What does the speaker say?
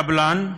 לקבלן,